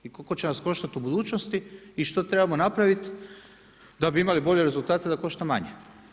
I koliko će nas koštati u budućnosti i što trebamo napraviti da bi imali bolje rezultate da košta manje?